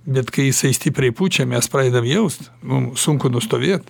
bet kai jisai stipriai pučia mes pradedam jaust mum sunku nustovėt